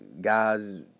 Guys